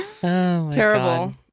Terrible